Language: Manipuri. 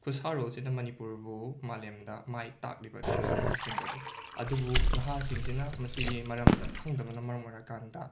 ꯈꯨꯠꯁꯥꯔꯣꯜꯁꯤꯅ ꯃꯅꯤꯄꯨꯔꯕꯨ ꯃꯥꯂꯦꯝꯗ ꯃꯥꯏ ꯇꯥꯛꯂꯤꯕꯅꯤ ꯑꯁꯦꯡꯕꯗꯤ ꯑꯗꯨꯕꯨ ꯅꯍꯥꯁꯤꯡꯁꯤꯅ ꯃꯁꯤꯒꯤ ꯃꯔꯝꯗ ꯈꯪꯗꯕꯅ ꯃꯔꯝ ꯑꯣꯏꯔꯀꯥꯟꯗ